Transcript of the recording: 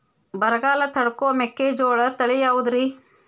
ಬರಗಾಲ ತಡಕೋ ಮೆಕ್ಕಿಜೋಳ ತಳಿಯಾವುದ್ರೇ?